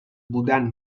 بودند